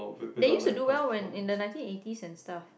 they used do well when in the nineteen eighties and stuff